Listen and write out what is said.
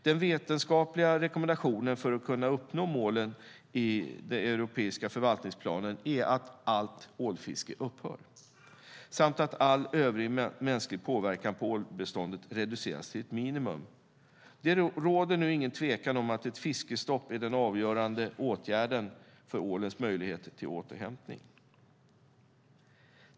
Den vetenskapliga rekommendationen för att kunna uppnå målen i den europeiska förvaltningsplanen är att allt ålfiske upphör samt att all övrig mänsklig påverkan på ålbeståndet reduceras till ett minimum. Det råder nu ingen tvekan om att ett fiskestopp är den avgörande åtgärden för ålens möjlighet till återhämtning.